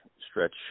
stretch